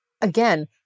Again